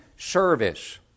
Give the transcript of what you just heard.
Service